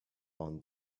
ann